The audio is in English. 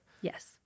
Yes